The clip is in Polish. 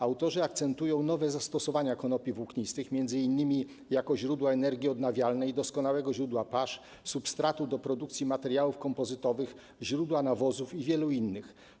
Autorzy akcentują nowe zastosowania konopi włóknistych m.in. jako źródła energii odnawialnej i doskonałego źródła pasz, substratu do produkcji materiałów kompozytowych, źródła nawozów i wielu innych.